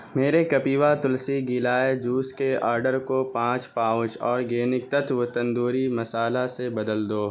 میرے کپیوا تلسی گیلائے جوس کے آڈر کو پانچ پاؤچ آرگینک تتوہ تندوری مسالہ سے بدل دو